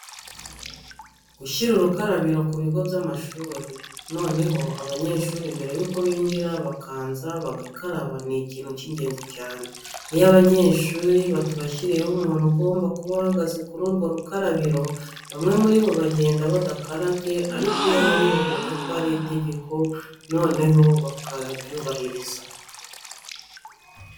Gushyira urukarabiro ku bigo by'amashuri, noneho abanyeshuri mbere yuko binjira bakanza bagakaraba ni ikintu cy'ingenzi cyane. Iyo abanyeshuri batabashyiriyeho umuntu ugomba kuba ahagaze kuri urwo rukarabiro, bamwe muri bo bagenda badakarabye, ariko iyo ahari bamenya ko ari itegeko noneho bakaryubahiriza.